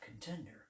contender